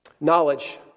Knowledge